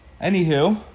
Anywho